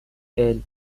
الکادوی